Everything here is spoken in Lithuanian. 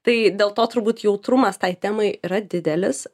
tai dėl to turbūt jautrumas tai temai yra didelis